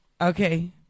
Okay